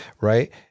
right